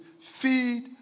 Feed